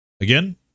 Again